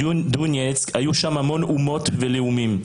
היו שם המון אומות ולאומים.